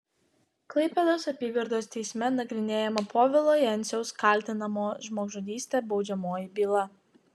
klaipėdos apygardos teisme nagrinėjama povilo jenciaus kaltinamo žmogžudyste baudžiamoji byla